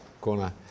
corner